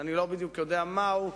שאני לא בדיוק יודע מהו,